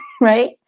Right